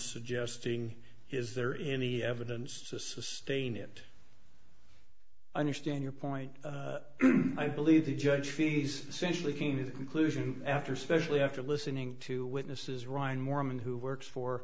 suggesting is there any evidence to sustain it understand your point i believe the judge sees essentially gaining conclusion after specially after listening to witnesses ryan morman who works for